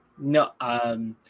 No